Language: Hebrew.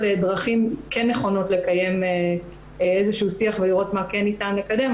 דרכים כן נכונות לקיים איזשהו שיח ולראות מה כן ניתן לקדם.